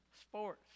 sports